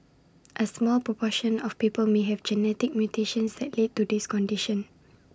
A small proportion of people may have genetic mutations that lead to this condition